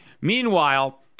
Meanwhile